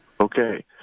Okay